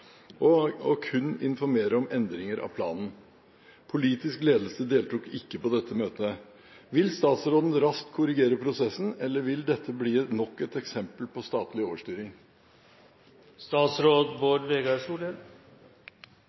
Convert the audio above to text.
og kun informere om endringer av planen. Politisk ledelse deltok ikke på dette møtet. Vil statsråden raskt korrigere prosessen, eller vil dette bli nok et eksempel på statlig